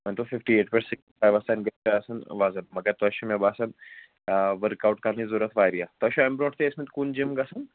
مٲنۍ تو fifty eight پٮ۪ٹھ سِکِٹی فایِوَس تام گژھِ تۄہہِ آسُن وَزن مگر تۄہہِ چھُ مےٚ باسان ؤرٕک آوُٹ کَرنٕچ ضروٗرت واریاہ تۄہہِ چھُو اَمہِ برٛونٛٹھ تہِ ٲسمٕتۍ کُنہِ جِم گژھان